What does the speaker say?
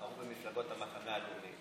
בחרו במפלגות המחנה הלאומי.